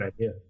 idea